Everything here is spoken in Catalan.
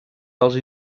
dels